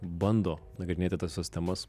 bando nagrinėti tas visas temas